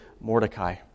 Mordecai